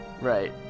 Right